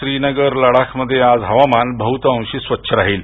श्रीनगर लडाख मध्ये आज हवामान बहुतांशी स्वच्छ राहील